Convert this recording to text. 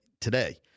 today